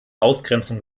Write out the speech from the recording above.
ausgrenzung